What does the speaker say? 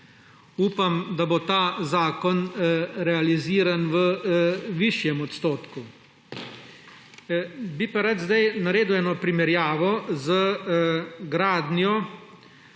Upam, da bo ta zakon realiziran v višjem odstotku. Bi pa rad zdaj naredil eno primerjavo z gradnjo